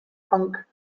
punk